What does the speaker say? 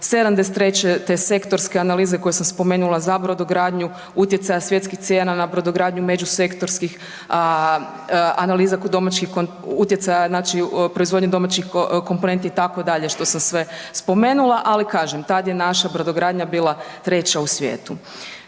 '73. te sektorske analize koje sam spomenula za brodogradnju, utjecaja svjetskih cijena na brodogradnju, međusektorskih analiza domaćih, utjecaja znači proizvodnja domaćih komponenti itd., što sam sve spomenula, ali kažem tad je naša brodogradnja bila 3 u svijetu.